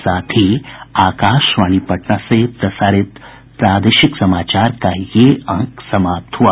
इसके साथ ही आकाशवाणी पटना से प्रसारित प्रादेशिक समाचार का ये अंक समाप्त हुआ